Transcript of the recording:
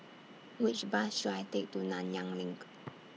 Which Bus should I Take to Nanyang LINK